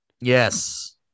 Yes